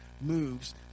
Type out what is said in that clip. moves